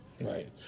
Right